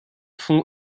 fond